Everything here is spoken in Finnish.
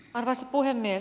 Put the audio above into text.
arvoisa puhemies